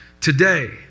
today